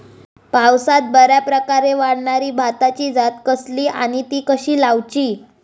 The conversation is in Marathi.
पावसात बऱ्याप्रकारे वाढणारी भाताची जात कसली आणि ती कशी लाऊची?